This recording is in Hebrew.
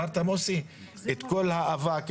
את כל האבק,